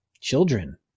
children